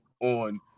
on